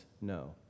no